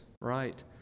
right